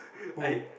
who